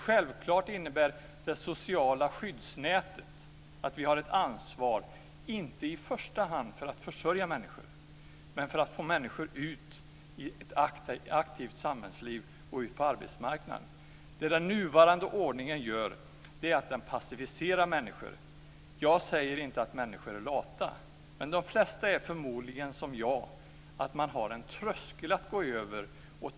Självklart innebär det sociala skyddsnätet att vi har ett ansvar inte i första hand för att försörja människor utan för att få ut människor i ett aktivt samhällsliv och ut på arbetsmarknaden. Det den nuvarande ordningen gör är att den passiviserar människor. Jag säger inte att människor är lata, men de flesta är förmodligen som jag och har en tröskel att gå över.